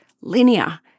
linear